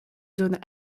zones